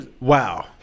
Wow